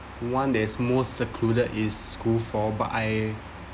one that's more secluded is school for but I